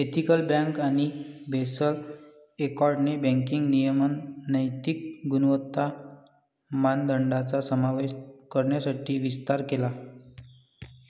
ethical bank आणि Basel एकॉर्डने banking नियमन नैतिक गुणवत्ता मानदंडांचा समावेश करण्यासाठी विस्तार केला